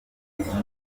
w’ikigo